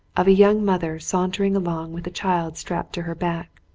of a young mother sauntering along with a child strapped to her back,